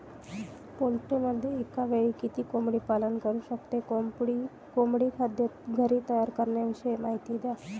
पोल्ट्रीमध्ये एकावेळी किती कोंबडी पालन करु शकतो? कोंबडी खाद्य घरी तयार करण्याविषयी माहिती द्या